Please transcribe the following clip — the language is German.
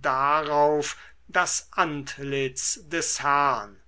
darauf das antlitz des herrn